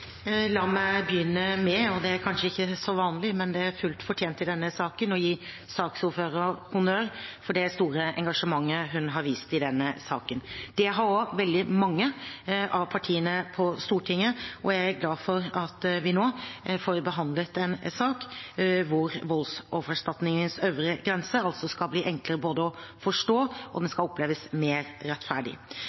La meg begynne med – og det er kanskje ikke så vanlig, men det er fullt fortjent i denne saken – å gi saksordføreren honnør for det store engasjementet hun har vist i denne saken. Det har også veldig mange av partiene på Stortinget, og jeg er glad for at vi nå får behandlet en sak hvor voldsoffererstatningens øvre grense skal bli enklere å forstå og oppleves mer rettferdig.